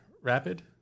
Rapid